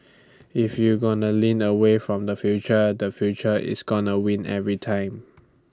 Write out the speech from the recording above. if you gonna lean away from the future the future is gonna win every time